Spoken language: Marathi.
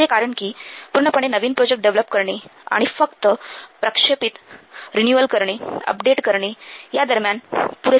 असे कारण कि पूर्णपणे नवीन प्रोजेक्ट डेव्हलप करणे आणि फक्त प्रक्षेपित रिन्यू करणे अपडेट करणे यादरम्यान पुरेसा फरक आहे